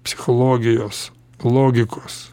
psichologijos logikos